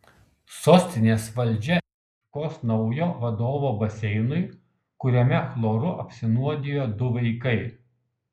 sostinės valdžia ieškos naujo vadovo baseinui kuriame chloru apsinuodijo du vaikai